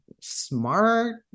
smart